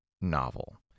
novel